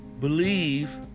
believe